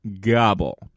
gobble